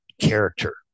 character